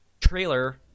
trailer